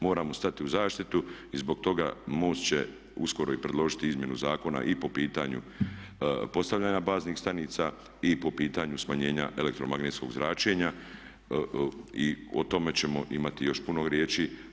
Moramo stati u zaštitu i zbog toga MOST će uskoro i predložiti izmjenu zakona i po pitanju postavljanja baznih stanica i po pitanju smanjenja elektromagnetskog zračenja i o tome ćemo imati još puno riječi.